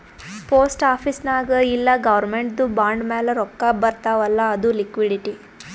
post office ನಾಗ್ ಇಲ್ಲ ಗೌರ್ಮೆಂಟ್ದು ಬಾಂಡ್ ಮ್ಯಾಲ ರೊಕ್ಕಾ ಬರ್ತಾವ್ ಅಲ್ಲ ಅದು ಲಿಕ್ವಿಡಿಟಿ